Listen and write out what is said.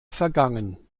vergangen